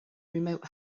remote